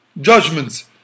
judgments